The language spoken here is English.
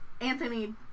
Anthony